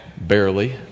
barely